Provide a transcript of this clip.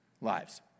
lives